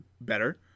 better